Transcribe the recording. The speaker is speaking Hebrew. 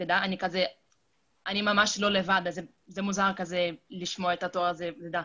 זה מוזר לשמוע את התואר הזה.